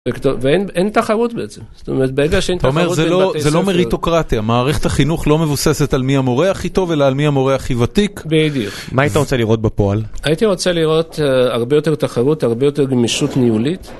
ואין תחרות בעצם, זאת אומרת, ברגע שאין תחרות. אתה אומר, זה לא זה לא מריטוקרטיה, מערכת החינוך לא מבוססת על מי המורה הכי טוב, אלא על מי המורה הכי ותיק. בדיוק. מה היית רוצה לראות בפועל? הייתי רוצה לראות הרבה יותר תחרות, הרבה יותר גמישות ניהולית.